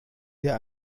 der